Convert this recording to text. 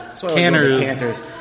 Canners